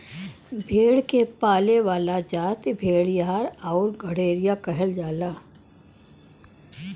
भेड़ के पाले वाला जाति भेड़ीहार आउर गड़ेरिया कहल जाला